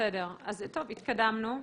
התקדמנו.